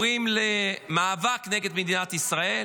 למאבק נגד מדינת ישראל,